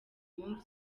mpamvu